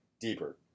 Deeper